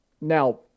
Now